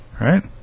Right